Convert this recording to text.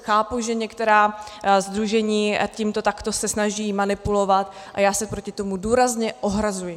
Chápu, že některá sdružení se tímto takto snaží manipulovat, a já se proti tomu důrazně ohrazuji.